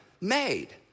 made